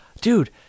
dude